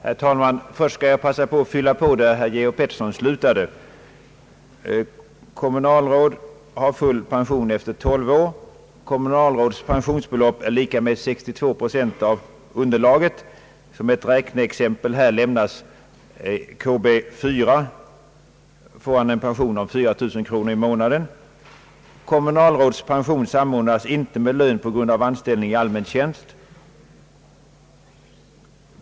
Herr talman! Först skall jag be att få fylla på där Georg Pettersson slutade. Kommunalråd har full pension efter tolv år, och pensionsbeloppet är lika med 62 procent av underlaget. Som ett räkneexempel kan nämnas att ett kommunalråd med lön enligt KB 4 får en pension av 4000 kronor i månaden. Kommunalrådens pension samordnas inte med lön på grund av anställning i allmän tjänst.